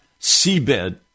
seabed